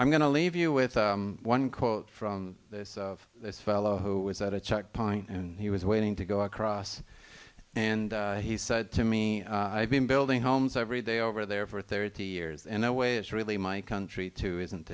i'm going to leave you with one quote from this fellow who was at a checkpoint and he was waiting to go across and he said to me i've been building homes every day over there for thirty years in a way it's really my country too isn't